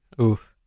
Oof